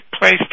place